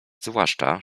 zwłaszcza